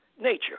nature